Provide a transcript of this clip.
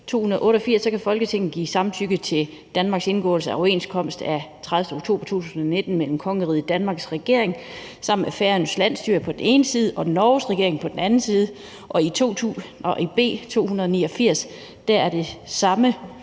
288 kan Folketinget give samtykke til Danmarks indgåelse af overenskomst af 30. oktober 2019 mellem kongeriget Danmarks regering sammen med Færøernes landsstyre på den ene side og Norges regering på den anden side. Og i B 289 er det samme